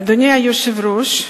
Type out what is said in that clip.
אדוני היושב-ראש,